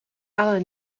ale